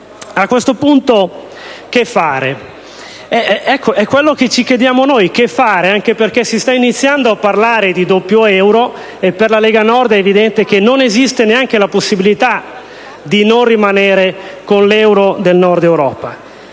A questo punto che fare? È quello che ci chiediamo noi: che fare? Anche perché si sta cominciando a parlare di doppio euro, e per la Lega Nord è evidente che non esiste neanche la possibilità di non rimanere con l'euro del Nord-Europa.